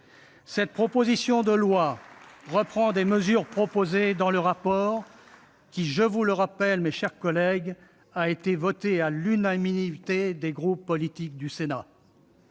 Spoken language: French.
Cette proposition de loi reprend des mesures proposées dans le rapport qui, je vous le rappelle, mes chers collègues, a été voté à l'unanimité des groupes politiques du Sénat.